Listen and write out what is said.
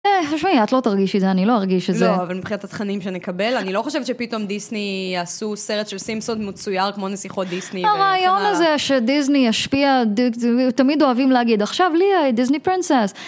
אה, תשמעי, את לא תרגישי את זה, אני לא ארגיש את זה. לא, אבל מבחינת התכנים שנקבל, אני לא חושבת שפתאום דיסני יעשו סרט של סימפסון מצויר כמו נסיכות דיסני. הרעיון הזה שדיסני השפיע, תמיד אוהבים להגיד, עכשיו לי דיסני פרינסס.